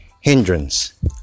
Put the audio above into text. hindrance